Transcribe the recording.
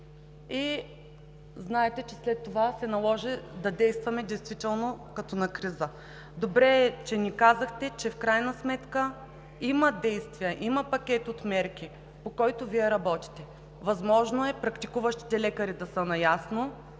и знаете, че след това се наложи да действаме действително като в криза. Добре е, че ни казахте, че в крайна сметка има действия, има пакет от мерки, по който Вие работите. Възможно е практикуващите лекари да са наясно,